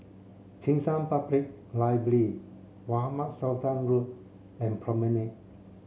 Cheng San Public Library Mohamed Sultan Road and Promenade